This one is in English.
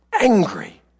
angry